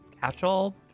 catch-all